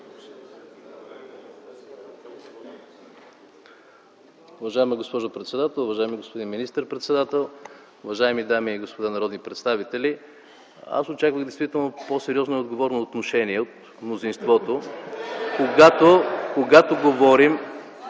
Уважаема госпожо председател, уважаеми господин министър-председател, уважаеми дами и господа народни представители! Аз очаквах действително по-сериозно и отговорно отношение от мнозинството, когато говорим